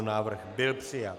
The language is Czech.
Návrh byl přijat.